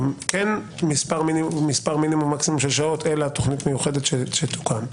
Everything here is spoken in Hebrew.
כן מספר מינימום מקסימום של שעות אל התוכנית המיוחדת שתוקם.